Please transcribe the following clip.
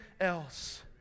else